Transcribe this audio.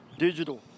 Digital